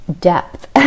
depth